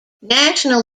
national